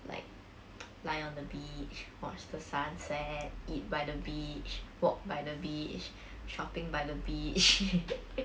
like lie on the beach watch the sunset eat by the beach walk by the beach shopping by the beach